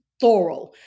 thorough